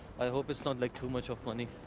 i hope it's not like too much of money.